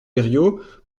berrios